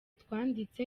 twanditse